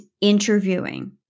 interviewing